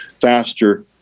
faster